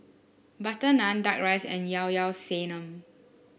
butter naan duck rice and Llao Llao Sanum